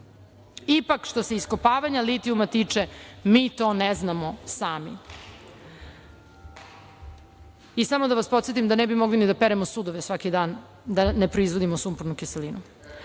Ipak, što se iskopavanja litijuma tiče, mi to ne znamo sami. Samo da vas podsetim da ne bi mogli ni da peremo sudove svaki dan da ne proizvodimo sumpornu kiselinu. Profesor